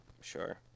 Sure